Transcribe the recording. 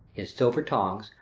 his silver tongs,